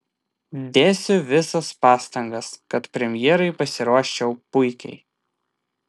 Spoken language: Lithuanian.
dėsiu visas pastangas kad premjerai pasiruoščiau puikiai